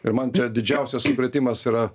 ir man čia didžiausias supratimas yra